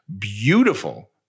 beautiful